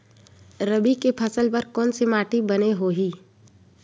रबी के फसल बर कोन से माटी बने होही?